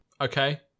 okay